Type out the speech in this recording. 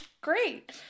great